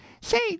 Say